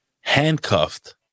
handcuffed